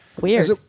weird